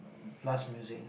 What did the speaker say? blast music